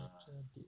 mature date